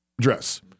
dress